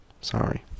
sorry